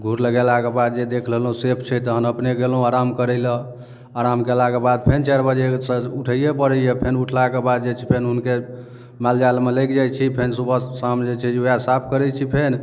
घूर लगेलाके बाद जे देख लेलहुँ सेफ छै तहन अपने गेलहुँ आराम करै लऽ आराम कयलाके बाद फेन चारि बजेसँ उठैये पड़ैए फेन उठलाके बाद जे छै फेन हुनके मालजालमे लागि जाइ छी फेन सुबह शाम जे छै जे ओएह साफ करै छी फेन